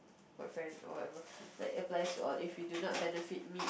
boyfriend or whatever like it applies to all if you do not benefit me